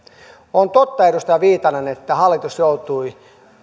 on totta edustaja viitanen että hallitus joutui